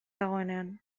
dagoenean